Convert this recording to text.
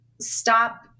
stop